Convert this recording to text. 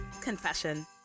confession